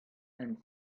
and